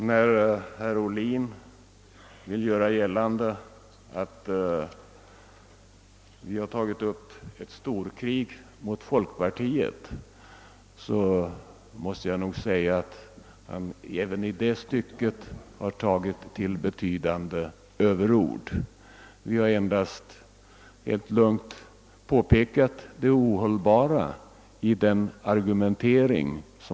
När herr Ohlin vill göra gällande att vi från vårt håll börjat ett storkrig mot folkpartiet måste jag säga att han även i det stycket använt kraftiga överord. Vi har endast helt lugnt påpekat det ohållbara i folkpartiets argumentering.